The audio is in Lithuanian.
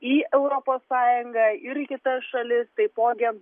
į europos sąjungą ir į kitas šalis taipogi